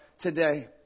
today